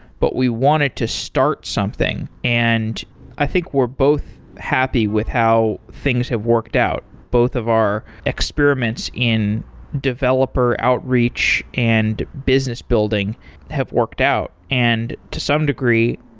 but we wanted to start something and i think we're both happy with how things have worked out, both of our experiments in developer outreach and business building have worked out. and to some degree,